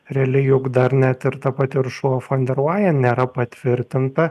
realiai juk dar net ir ta pati uršula fonderlajen nėra patvirtinta